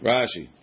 Rashi